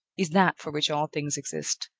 is that for which all things exist,